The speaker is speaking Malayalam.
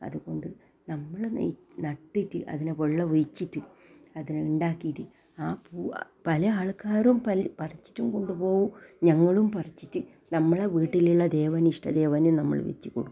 അതുകൊണ്ട് നമ്മൾ നട്ടിട്ട് അതിനെ വെള്ളം ഒഴിച്ചിട്ട് അതിനെ ഉണ്ടാക്കീട്ട് ആ പൂ പല ആൾക്കാരും പാ പറിച്ചിട്ടും കൊണ്ടുപോകും ഞങ്ങളും പറിച്ചിറ്റ് നമ്മളെ വീട്ടിലുള്ള ദേവന് ഇഷ്ട ദേവന് നമ്മൾ വെച്ചു കൊടുക്കും